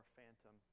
Phantom